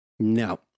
No